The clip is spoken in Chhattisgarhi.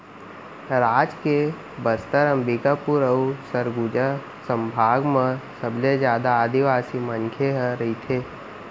राज के बस्तर, अंबिकापुर अउ सरगुजा संभाग म सबले जादा आदिवासी मनखे ह रहिथे